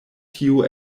tio